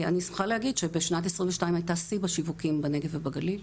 אני שמחה להגיד שבשנת 2022 הייתה שיא בשיווקים בנגב ובגליל.